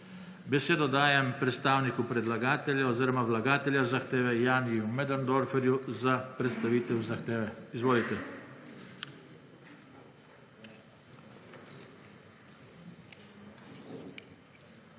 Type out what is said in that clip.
Besedo dajem predstavniku predlagateljev oziroma vlagateljev zahteve Janiju Möderndorferju za predstavitev zahteve. JANI